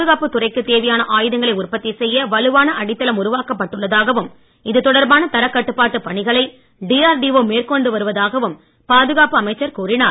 பாதுகாப்புத் துறைக்கு தேவையான ஆயுதங்களைத் உற்பத்தி செய்ய வலுவான அடித்தளம் உருவாக்கப்பட்டுள்ளதாகவும் இதுதொடர்பான தரக் கட்டுப்பாட்டு பணிகைளை டிஆர்டிஓ மேறகொண்டு வருவதாகவும் பாதுகாப்பு அமைச்சர் கூறினார்